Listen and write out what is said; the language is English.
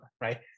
right